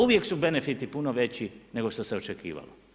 Uvijek su benefiti puno veći nego što se očekivalo.